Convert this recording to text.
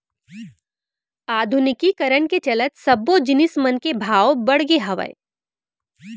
आधुनिकीकरन के चलत सब्बो जिनिस मन के भाव बड़गे हावय